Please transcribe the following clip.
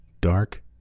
Dark